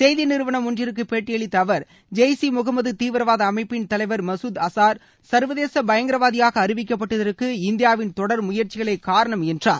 செய்தி நிறுவளம் ஒன்றிற்கு பேட்டியளித்த அவர் ஜெய்சி முகமது தீவிரவாத அமைப்பின் தலைவர் மகுத் அசார் சர்வதேச பயங்கரவாதியாக அறிவிக்கப்பட்டதற்கு அஇந்தியாவின் தொடர் முயற்சிகளே காரணம் என்றார்